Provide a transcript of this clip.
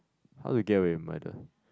How to Get Away with Murder